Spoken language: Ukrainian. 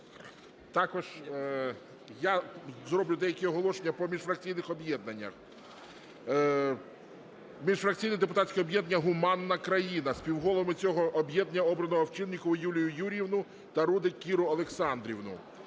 Також я зроблю деякі оголошення по міжфракційних об'єднаннях. Міжфракційне депутатське об'єднання "Гуманна країна". Співголовами цього об'єднання обрано Овчинникову Юлію Юріївну та Рудик Кіру Олександрівну.